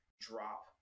drop